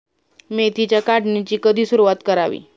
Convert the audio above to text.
मेथीच्या काढणीची कधी सुरूवात करावी?